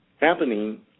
happening